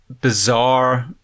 bizarre